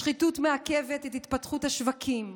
השחיתות מעכבת את התפתחות השווקים,